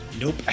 Nope